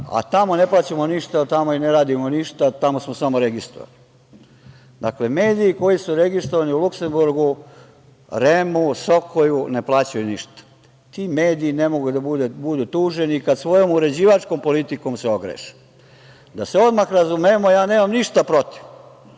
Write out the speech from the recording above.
a tamo ne plaćamo ništa jer tamo ne radimo ništa, tamo smo samo registrovani. Dakle, mediji koji su registrovani u Luksemburgu, REM-u, SOKOJ-u, ne plaćaju ništa. Ti mediji ne mogu da budu tuženi kad se svojom uređivačkom politikom ogreše. Da se odmah razumemo, nemam ništa protiv